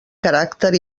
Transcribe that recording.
caràcter